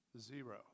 zero